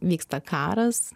vyksta karas